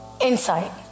insight